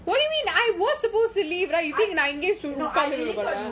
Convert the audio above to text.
I really thought you